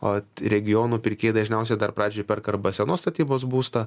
o regionų pirkėjai dažniausiai dar pradžiai perka arba senos statybos būstą